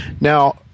Now